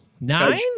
Nine